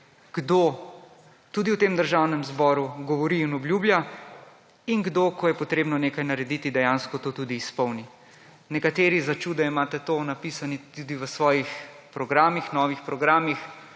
kdo tudi v tem Državnem zboru govori in obljublja in kdo, ko je potrebno nekaj narediti, dejansko to tudi izpolni. Nekateri začuda imate to napisano tudi v svojih programih, novih programih,